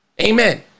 Amen